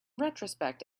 retrospect